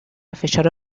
فشار